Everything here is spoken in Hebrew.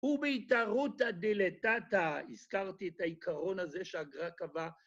ובעיתערותא דילתתא, הזכרתי את העיקרון הזה שהגר"א קבע